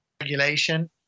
regulation